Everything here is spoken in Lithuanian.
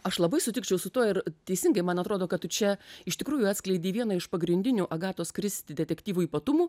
aš labai sutikčiau su tuo ir teisingai man atrodo kad tu čia iš tikrųjų atskleidei vieną iš pagrindinių agatos kristi detektyvų ypatumų